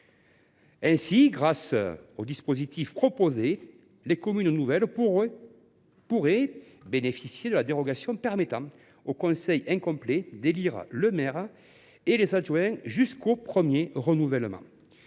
Ainsi, grâce au dispositif proposé aujourd’hui, les communes nouvelles pourraient bénéficier de la dérogation permettant au conseil incomplet d’élire le maire et les adjoints jusqu’au premier renouvellement.